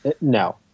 No